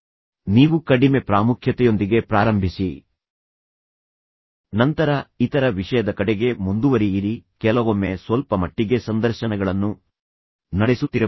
ಆದ್ದರಿಂದ ನೀವು ಕಡಿಮೆ ಪ್ರಾಮುಖ್ಯತೆಯೊಂದಿಗೆ ಪ್ರಾರಂಭಿಸಿ ಮತ್ತು ನಂತರ ಇತರ ವಿಷಯದ ಕಡೆಗೆ ಮುಂದುವರಿಯಿರಿ ಮತ್ತು ವಿಶೇಷವಾಗಿ ಕೆಲವೊಮ್ಮೆ ಸ್ವಲ್ಪಮಟ್ಟಿಗೆ ಸಂದರ್ಶನಗಳನ್ನು ನಡೆಸುತ್ತಿರಬಹುದು